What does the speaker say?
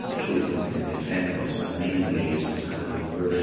children and their families for many years detained on nauru.